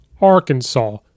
Arkansas